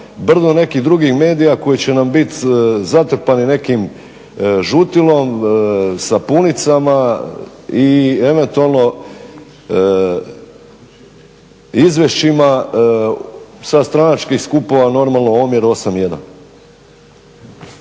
brdo nekih drugih medija koji će nam biti zatrpani nekim žutilom, sapunicama i eventualno izvješćima sa stranačkih skupova normalno omjer 8:1.